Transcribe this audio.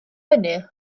hynny